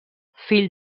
fill